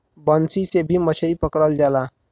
बंसी से भी मछरी पकड़ल जाला